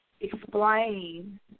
explain